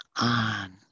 on